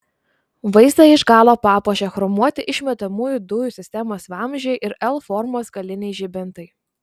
vaizdą iš galo papuošia chromuoti išmetamųjų dujų sistemos vamzdžiai ir l formos galiniai žibintai